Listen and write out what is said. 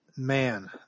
Man